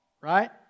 right